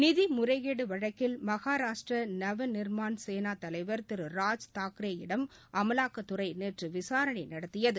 நிதிமுறைகேடுவழக்கில் மகாராஷ்டிரநவநிர்மாண் சேனாதலைவர் திரு ராஜ் தாக்கரேயிடம் அமலாக்கத்துறைநேற்றுவிசாரணைநடத்தியது